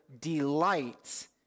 delights